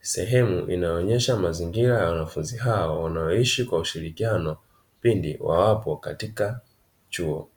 Sehemu inayoonyesha mazingira ya wanafunzi hao, wanaoishi kwa ushirikiano pindi wawapo katika chuo.